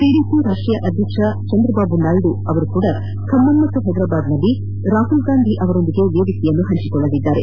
TDP ರಾಷ್ಷೀಯ ಅಧ್ಯಕ್ಷ ಚಂದ್ರುಬಾಬು ನಾಯ್ಡು ಸಹ ಖಮ್ಮಂ ಮತ್ತು ಹೈದ್ರಾಬಾದ್ನಲ್ಲಿ ರಾಹುಲ್ಗಾಂಧಿ ಅವರೊಂದಿಗೆ ವೇದಿಕೆ ಹಂಚಿಕೊಳ್ಳಲಿದ್ದಾರೆ